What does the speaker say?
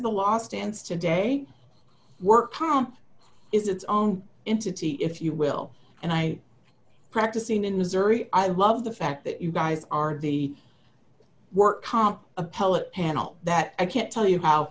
the last chance to day work camp is its own into t if you will and i practicing in missouri i love the fact that you guys are the work comp appellate panel that i can't tell you how